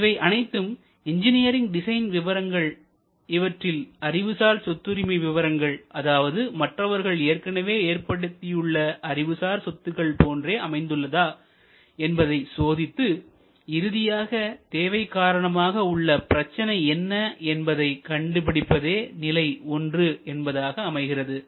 இவை அனைத்தும் engineering design விவரங்கள் இவற்றில் அறிவுசார்சொத்துரிமை விவரங்கள் அதாவது மற்றவர்கள் ஏற்கனவே ஏற்படுத்தியுள்ள அறிவுசார் சொத்துக்கள் போன்றே அமைந்துள்ளதா என்பதை சோதித்து இறுதியாக தேவை காரணமாக உள்ள பிரச்சனை என்னஎன்பதை கண்டுபிடிப்பதே நிலை ஒன்று என்பதாக அமைகிறது